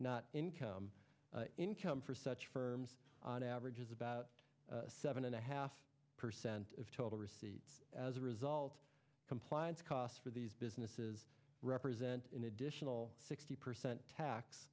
not income income for such firms on average is about seven and a half percent of total receipts as a result compliance costs for these businesses represent an additional sixty percent tax